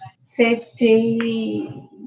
safety